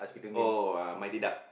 oh uh mighty duck